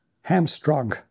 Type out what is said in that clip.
hamstrung